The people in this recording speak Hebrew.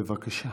בבקשה.